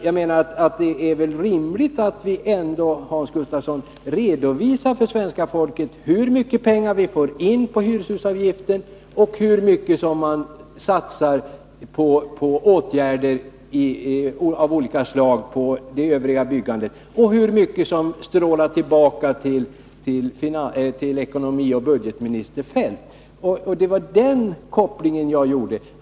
Jag menar att det är rimligt att det ändå redovisas för svenska folket hur mycket pengar som tas in på hyreshusavgiften, hur mycket som satsas på åtgärder av olika slag inom det övriga boendet och hur mycket som strålar tillbaka till ekonomioch budgetminister Feldt. Det var den kopplingen som jag gjorde.